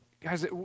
Guys